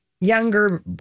younger